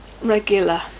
regular